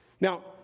Now